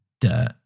dirt